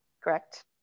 Correct